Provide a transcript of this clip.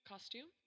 Costume